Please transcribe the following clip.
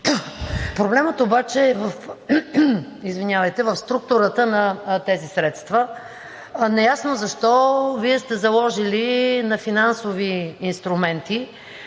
Проблемът обаче е в структурата на тези средства. Неясно защо Вие сте заложили на финансови инструменти,